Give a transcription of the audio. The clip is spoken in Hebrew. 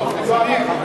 לא, לפניהם.